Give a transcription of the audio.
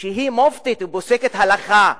שהיא מופתית ופוסקת הלכה,